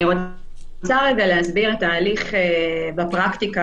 אני רוצה להסביר את ההליך בפרקטיקה,